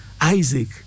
isaac